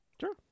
sure